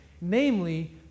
namely